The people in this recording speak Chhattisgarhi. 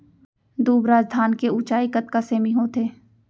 दुबराज धान के ऊँचाई कतका सेमी होथे?